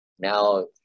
now